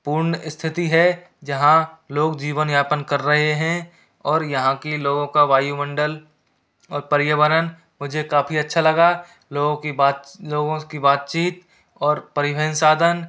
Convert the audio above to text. पूर्ण स्थिति है जहाँ लोग जीवन यापन कर रहे हैं और यहाँ के लोगों का वायुमंडल और पर्यावरण मुझे काफ़ी अच्छा लगा लोगों की बात लोगों की बातचीत और परिवहन साधन